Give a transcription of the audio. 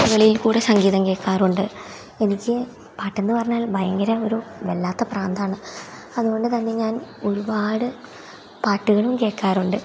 ആപ്പുകളിൽ കൂടി സംഗീതം കേൾക്കാറുണ്ട് എനിക്ക് പാട്ടെന്ന് പറഞ്ഞാൽ ഭയങ്കര ഒരു വല്ലാത്ത പ്രാന്താണ് അതുകൊണ്ട് തന്നെ ഞാൻ ഒരുപാട് പാട്ടുകളും കേൾക്കാറുണ്ട്